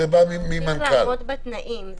צריך לעמוד בתנאים.